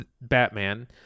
batman